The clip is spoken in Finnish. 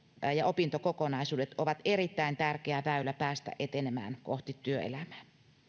ja opintokokonaisuudet ovat erittäin tärkeä väylä päästä etenemään kohti työelämää